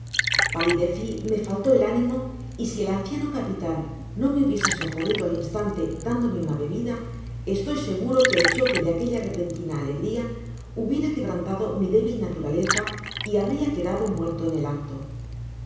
palideci me faltó el ánimo y si el anciano capitan no me hubiese socorrido al instante dándome una bebida estoy seguro que el choque de aquelja repentina alegria hubiera quebrantado mi débil naturaleza y habria quedado muerto en el acto